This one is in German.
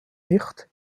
nicht